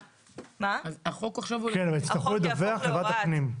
--- החוק עכשיו --- יצטרכו לדווח לוועדת הפנים.